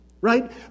right